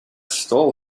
stall